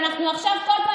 כבר איבדת.